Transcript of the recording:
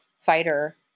fighter